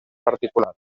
particular